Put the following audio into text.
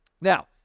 Now